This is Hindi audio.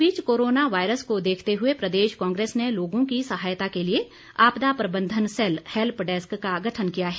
इस बीच कोरोना वायरस को देखते हुए प्रदेश कांग्रेस ने लोगों की सहायता के लिए आपदा प्रबंधन सैल हैल्प डैस्क का गठन किया है